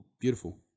Beautiful